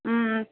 ம் ம்